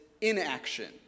inaction